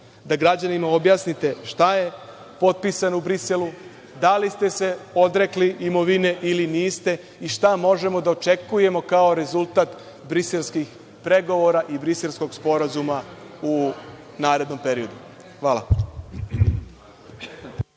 da građanima objasnite šta je potpisano u Briselu, da li ste se odrekli imovine ili niste i šta možemo da očekujemo kao rezultat briselskih pregovora i Briselskog sporazuma u narednom periodu. Hvala.